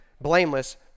blameless